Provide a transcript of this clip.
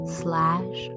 slash